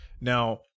Now